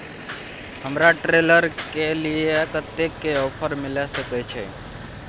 हमरा ट्रेलर के लिए पर कतेक के ऑफर मिलय सके छै?